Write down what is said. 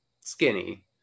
skinny